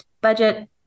budget